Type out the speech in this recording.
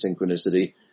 synchronicity